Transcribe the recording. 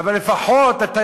אבל יש